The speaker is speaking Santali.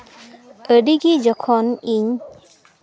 ᱟᱹᱰᱤᱜᱮ ᱡᱚᱠᱷᱚᱱ ᱤᱧ